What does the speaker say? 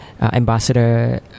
ambassador